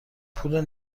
پول